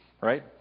right